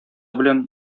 белән